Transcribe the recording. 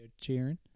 cheering